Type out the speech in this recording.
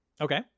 Okay